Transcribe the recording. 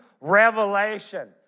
revelation